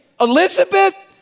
Elizabeth